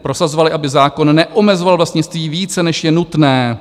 Prosazovali, aby zákon neomezoval vlastnictví více, než je nutné.